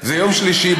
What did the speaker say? זה יום שלישי,